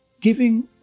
giving